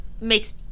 makes